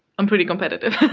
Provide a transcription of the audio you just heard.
i'm pretty competitive.